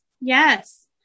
yes